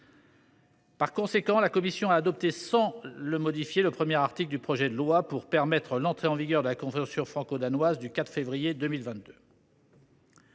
Par conséquent, la commission a adopté sans le modifier l’article 1 du projet de loi, afin de permettre l’entrée en vigueur de la convention franco danoise du 4 février 2022.